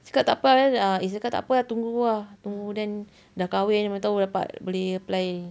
cakap tak apa lah then ah izz cakap tak apa lah tunggu lah tunggu then dah kahwin mana tahu dapat boleh apply